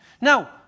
Now